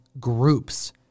groups